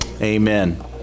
Amen